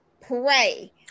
pray